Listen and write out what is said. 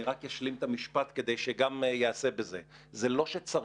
אני רק אשלים את המשפט כדי שגם ייעשה בזה --- זה לא שצריך.